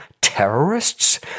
terrorists